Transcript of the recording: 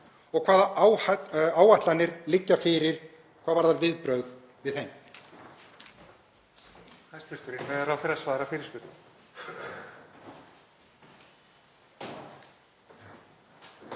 og hvaða áætlanir liggja fyrir hvað varðar viðbrögð við þeim.